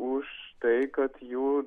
už tai kad jų